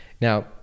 Now